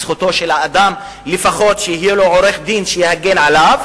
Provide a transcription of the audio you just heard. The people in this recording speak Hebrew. את זכותו של האדם לפחות שיהיה לו עורך-דין שיגן עליו.